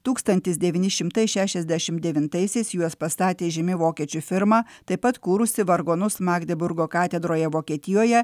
tūkstantis devyni šimtai šešiasdešim devintaisiais juos pastatė žymi vokiečių firma taip pat kūrusi vargonus magdeburgo katedroje vokietijoje